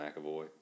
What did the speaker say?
McAvoy